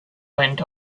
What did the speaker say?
went